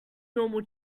normal